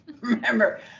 remember